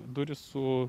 durys su